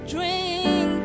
Drink